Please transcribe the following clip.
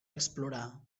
explorar